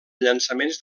llançaments